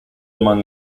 among